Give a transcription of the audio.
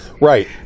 Right